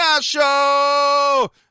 Show